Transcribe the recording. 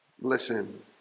Listen